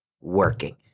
working